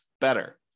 better